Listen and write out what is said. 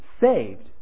saved